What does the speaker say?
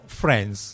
friends